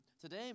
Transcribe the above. today